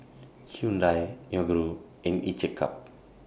Hyundai Yoguru and Each A Cup